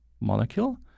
molecule